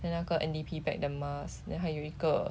then 那个 N_DP_ bag the mask then 还有一个